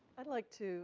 i'd like to